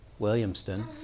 Williamston